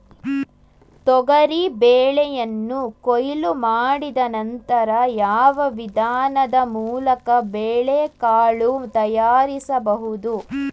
ತೊಗರಿ ಬೇಳೆಯನ್ನು ಕೊಯ್ಲು ಮಾಡಿದ ನಂತರ ಯಾವ ವಿಧಾನದ ಮೂಲಕ ಬೇಳೆಕಾಳು ತಯಾರಿಸಬಹುದು?